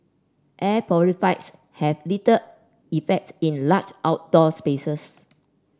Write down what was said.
air purifiers have little effects in large outdoor spaces